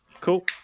Cool